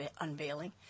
unveiling